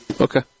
Okay